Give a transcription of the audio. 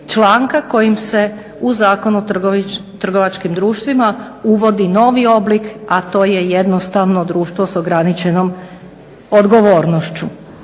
članka kojim se u Zakonu o trgovačkim društvima uvodi novi oblik, a to je jednostavno društvo sa ograničenom odgovornošću.